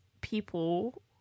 people